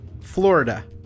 Florida